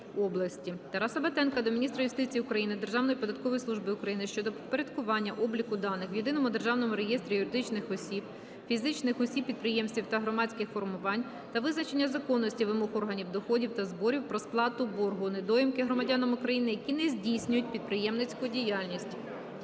Тараса Батенка до міністра юстиції України, Державної податкової служби України щодо впорядкування обліку даних в Єдиному державному реєстрі юридичних осіб, фізичних осіб - підприємців та громадських формувань та визначення законності вимог органів доходів та зборів про сплату боргу (недоїмки) громадянам України, які не здійснюють підприємницьку діяльність.